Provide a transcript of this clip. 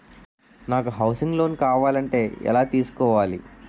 నాకు housing loan కావాలంటే ఎలా తీసుకోవాలి?